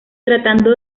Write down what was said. tratando